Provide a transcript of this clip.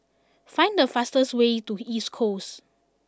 find the fastest way to East Coast